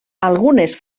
algunes